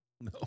No